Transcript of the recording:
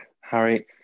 harry